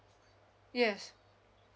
yes